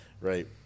right